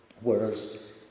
whereas